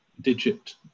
digit